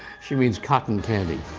she means cotton candy.